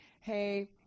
hey